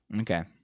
Okay